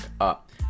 up